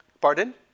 Pardon